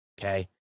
Okay